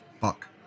fuck